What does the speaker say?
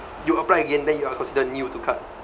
you apply again then you are considered new to card